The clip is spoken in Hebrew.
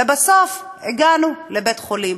ובסוף הגענו לבית-חולים.